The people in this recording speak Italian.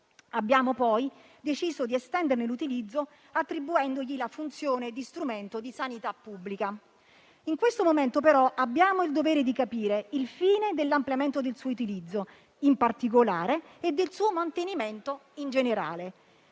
Abbiamo poi deciso di estenderne l'utilizzo, attribuendogli la funzione di strumento di sanità pubblica. In questo momento, però, abbiamo il dovere di capire il fine dell'ampliamento del suo utilizzo in particolare e del suo mantenimento in generale.